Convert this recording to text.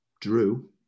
Drew